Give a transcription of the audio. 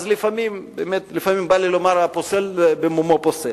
אז לפעמים באמת בא לי לומר: הפוסל במומו פוסל.